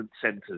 centers